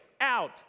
out